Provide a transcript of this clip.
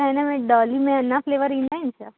त हिन में डॉली में अञां फ्लेवर ईंदा आहिनि छा